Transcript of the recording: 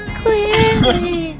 clearly